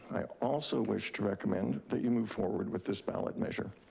i also wish to recommend that you move forward with this ballot measure.